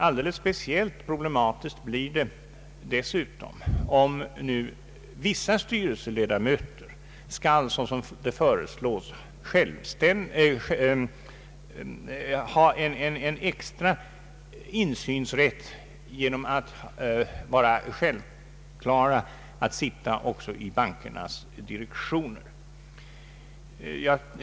Alldeles speciellt problematiskt blir det dessutom om vissa styrelseledamöter skall, såsom föreslås, ha en extra insynsrätt genom att vara självklara medlemmar också i bankernas direktioner.